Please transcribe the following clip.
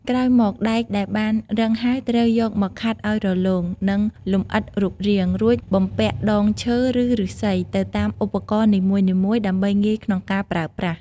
ក្រោយមក ដែកដែលបានរឹងហើយត្រូវយកមកខាត់ឲ្យរលោង និងលម្អិតរូបរាង រួចបំពាក់ដងឈើ ឬឫស្សីទៅតាមឧបករណ៍នីមួយៗដើម្បីងាយក្នុងការប្រើប្រាស់។